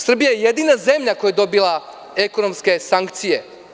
Srbija je jedina zemlja koja je dobila ekonomske sankcije.